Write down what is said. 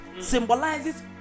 symbolizes